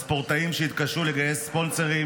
בספורטאים, שיתקשו לגייס ספונסרים,